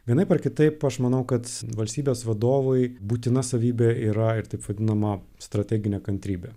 vienaip ar kitaip aš manau kad valstybės vadovui būtina savybė yra ir taip vadinama strateginė kantrybė